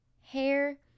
Hair